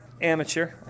Amateur